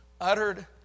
uttered